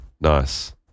nice